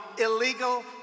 illegal